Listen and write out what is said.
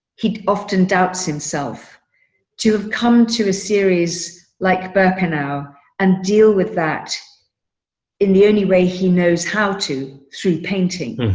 he often touts himself to have come to a series like baxano and deal with that in the only way he knows how to shoot painting